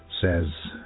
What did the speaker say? says